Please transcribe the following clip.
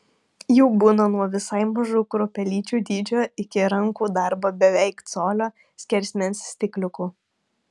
jų būna nuo visai mažų kruopelyčių dydžio iki rankų darbo beveik colio skersmens stikliukų